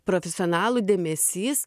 profesionalų dėmesys